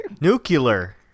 Nuclear